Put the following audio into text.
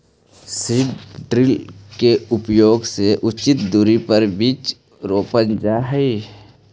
seed drill के उपयोग से उचित दूरी पर बीज रोपल जा हई